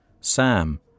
Sam